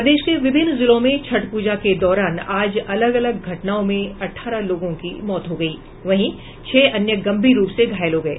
प्रदेश के विभिन्न जिलों में छठ पूजा के दौरान आज अलग अलग घटनाओं में अठारह लोगों की मौत हो गयी वहीं छह अन्य गंभीर रूप से घायल हो गये